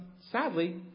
sadly